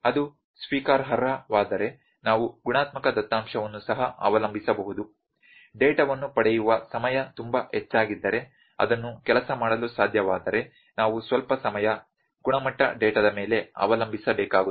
ಅದು ಸ್ವೀಕಾರಾರ್ಹವಾದರೆ ನಾವು ಗುಣಾತ್ಮಕ ದತ್ತಾಂಶವನ್ನು ಸಹ ಅವಲಂಬಿಸಬಹುದು ಡೇಟಾವನ್ನು ಪಡೆಯುವ ಸಮಯ ತುಂಬಾ ಹೆಚ್ಚಾಗಿದ್ದರೆ ಅದನ್ನು ಕೆಲಸ ಮಾಡಲು ಸಾಧ್ಯವಾದರೆ ನಾವು ಸ್ವಲ್ಪ ಸಮಯ ಗುಣಮಟ್ಟ ಡೇಟಾದ ಮೇಲೆ ಅವಲಂಬಿಸಬೇಕಾಗುತ್ತದೆ